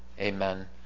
Amen